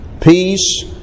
peace